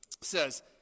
says